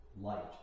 light